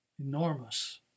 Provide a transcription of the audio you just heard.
Enormous